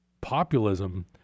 populism